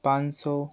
पाँच सौ